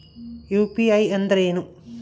UPI ಅಂದ್ರೇನು?